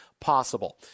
possible